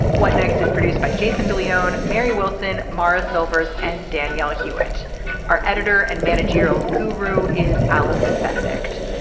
what next is produced by jason de leon. mary wilson morris silvers and daniela hewitt are editor and managerial guru is allison benedict.